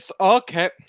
okay